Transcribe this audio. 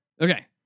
Okay